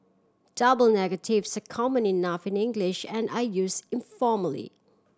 double negatives are common enough in English and are use informally